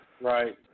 right